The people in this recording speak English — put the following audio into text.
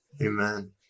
Amen